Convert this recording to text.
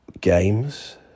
games